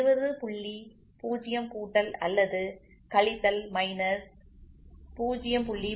0 கூட்டல் அல்லது கழித்தல் மைனஸ் 0